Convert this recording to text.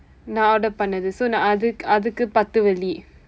நான்:naan order பண்ணது:pannathu so நான் அதுக்கு அதுக்கு பத்து வெள்ளி:naan athukku paththu velli